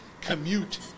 commute